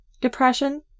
depression